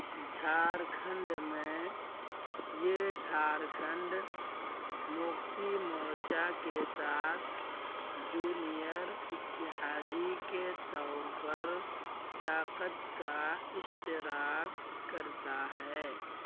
جھارکھنڈ میں یہ جھارکھنڈ مکتی مورچہ کے ساتھ جونیئر اتحادی کے طور پر طاقت کا اشتراک کرتا ہے